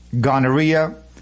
gonorrhea